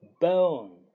Bone